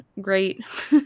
great